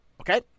Okay